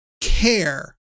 care